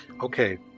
Okay